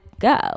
go